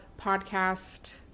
podcast